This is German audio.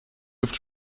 luft